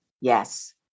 Yes